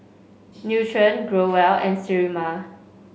Nutren Growell and Sterimar